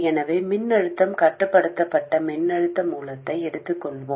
எனவே மின்னழுத்தம் கட்டுப்படுத்தப்பட்ட மின்னழுத்த மூலத்தை எடுத்துக் கொள்வோம்